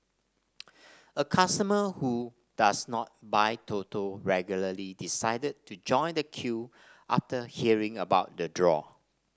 a customer who does not buy Toto regularly decided to join the queue after hearing about the draw